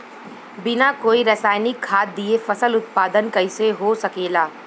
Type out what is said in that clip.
बिना कोई रसायनिक खाद दिए फसल उत्पादन कइसे हो सकेला?